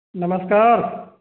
नमस्कार